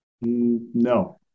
No